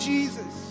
Jesus